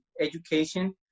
education